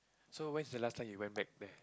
so when's the last time you went back there